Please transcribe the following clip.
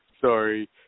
Sorry